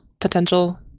potential